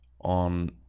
on